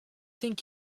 think